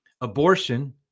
Abortion